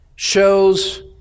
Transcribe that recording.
shows